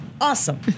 Awesome